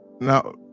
now